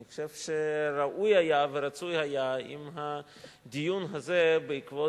אני חושב שראוי היה ורצוי היה אם הדיון הזה בעקבות